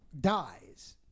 dies